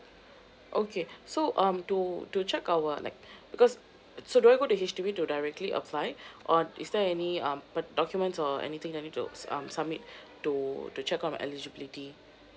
okay so um to to check our like because so do I go to H_D_B to directly apply or is there any um per~ documents or anything I need to um submit to to check on my eligibility